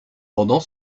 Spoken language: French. pendant